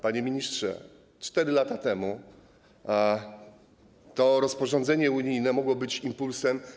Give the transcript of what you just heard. Panie ministrze, 4 lata temu to rozporządzenie unijne mogło być impulsem.